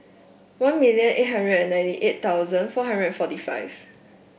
one million eight hundred and ninety eight thousand four hundred and forty five